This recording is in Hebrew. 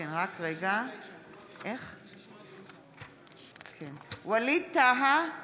(קוראת בשם חבר הכנסת) ווליד טאהא,